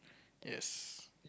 yes